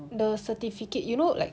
the certificate you know like